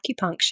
acupuncture